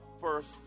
First